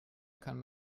kann